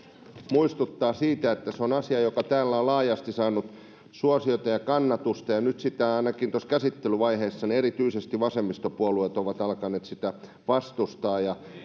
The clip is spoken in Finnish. muistuttaa siitä että se on asia joka täällä on laajasti saanut suosiota ja kannatusta mutta nyt ainakin tuossa käsittelyvaiheessa erityisesti vasemmistopuolueet ovat alkaneet sitä vastustaa erityisesti ekhan